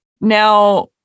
Now